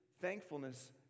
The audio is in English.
Thankfulness